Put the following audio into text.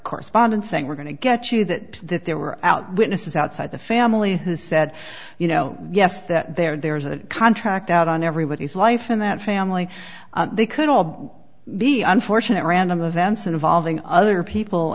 correspondence saying we're going to get you that that there were out witnesses outside the family who said you know yes that there is a contract out on everybody's life and that family they could all be the unfortunate random events involving other people